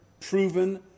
proven